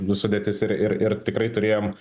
sudėtis ir ir ir tikrai turėjom